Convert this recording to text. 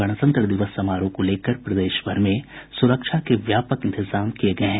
गणतंत्र दिवस समारोह को लेकर प्रदेश भर में सुरक्षा के व्यापक इंतजाम किये गये हैं